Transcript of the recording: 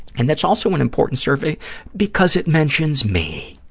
and that's also an important survey because it mentions me.